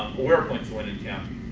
where points one in town.